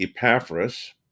Epaphras